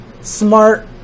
smart